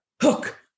hook